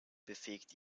befähigt